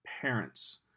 parents